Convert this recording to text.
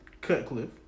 Cutcliffe